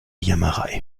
jammerei